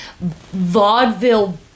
vaudeville